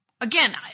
again